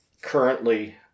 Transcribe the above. Currently